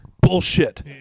Bullshit